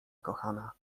kochana